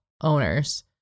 owners